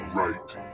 right